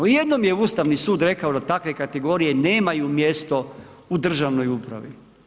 Jednom je Ustavni sud rekao da takve kategorije nemaju mjesto u državnoj upravi.